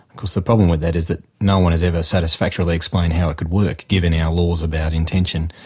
course the problem with that is that no-one has ever satisfactorily explained how it could work, given our laws about intention,